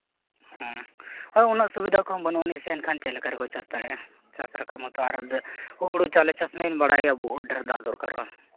ᱦᱮᱸ ᱦᱳᱭ ᱩᱱᱟᱹᱜ ᱥᱩᱵᱤᱫᱷᱟ ᱠᱚᱦᱚᱸ ᱵᱟᱹᱱᱩᱜ ᱟᱹᱱᱤᱡ ᱥᱮ ᱮᱱᱠᱷᱟᱱ ᱪᱮᱫ ᱞᱮᱠᱟ ᱨᱮᱠᱚ ᱪᱟᱥ ᱫᱟᱲᱮᱭᱟᱜᱼᱟ ᱪᱟᱥ ᱨᱟᱠᱟᱵ ᱢᱟᱛᱚ ᱟᱨ ᱦᱩᱲᱩ ᱪᱟᱣᱞᱮ ᱪᱟᱥ ᱢᱟᱵᱤᱱ ᱵᱟᱲᱟᱭ ᱜᱮᱭᱟ ᱵᱚᱦᱩᱫ ᱰᱷᱮᱨ ᱫᱟᱜ ᱫᱚᱨᱠᱟᱨᱚᱜᱼᱟ